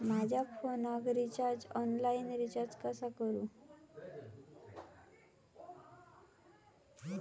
माझ्या फोनाक online recharge कसा करू?